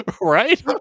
Right